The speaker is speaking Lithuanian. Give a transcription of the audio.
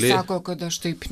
sako kad aš taip